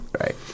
right